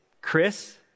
Chris